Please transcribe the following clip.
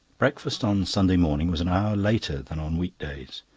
breakfast on sunday morning was an hour later than on week-days,